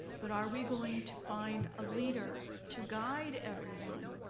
but are we going to find a leader to guide everyone?